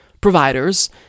providers